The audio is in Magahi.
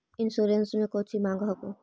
इंश्योरेंस मे कौची माँग हको?